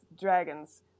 dragons